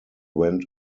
went